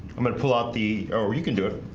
i'm gonna pull out the or you can do it